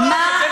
של בן-גוריון,